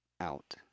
out